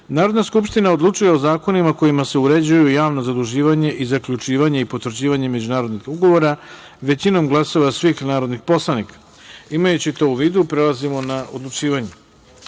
Narodna skupština odlučuje o zakonima kojima se uređuje javno zaduživanje i zaključivanje i potvrđivanje međunarodnih ugovora većinom glasova svih narodnih poslanika. Imajući to u vidu prelazimo na odlučivanje. Stavljam